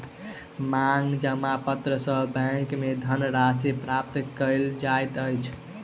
मांग जमा पत्र सॅ बैंक में धन राशि प्राप्त कयल जाइत अछि